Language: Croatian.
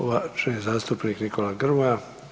Uvaženi zastupnik Nikola Grmoja.